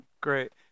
Great